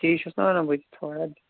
تی چھُس نا وَنان بہٕ تہِ تھوڑا